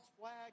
flag